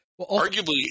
Arguably